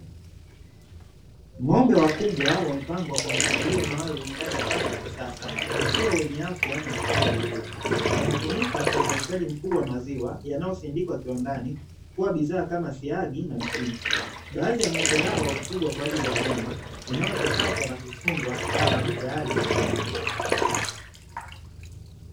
Ng'ombe wakubwa wamepangwa kwa mpangilio maalumu ndani ya banda la kisasa wakiwa wenye afya na kutunzwa vizuri; wanatumika kwa uzalishaji mkubwa wa maziwa yanayosindikwa kiwandani kuwa bidhaa kama siagi na mtindi, baadhi ya ng'ombe hawa kufugwa kwa ajili ya nyama inayochakatwa na kufungwa kitaalamu tayali ajili kwa soko.